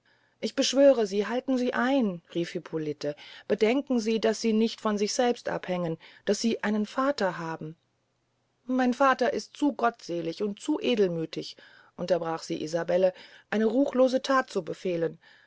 ich beschwöre sie halten sie ein rief hippolite bedenken sie daß sie nicht von sich selbst abhängen daß sie einen vater haben mein vater ist zu gottselig und zu edelmüthig unterbrach sie isabelle eine ruchlose that zu befehlen